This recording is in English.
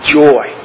joy